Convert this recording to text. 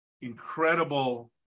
incredible